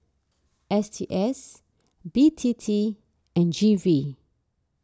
S T S B T T and G V